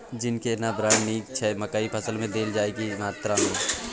Zinc के केना brand नीक छैय मकई के फसल में देल जाए त की मात्रा में?